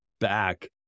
back